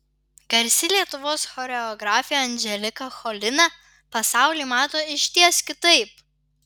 garsi lietuvos choreografė anželika cholina pasaulį mato išties kitaip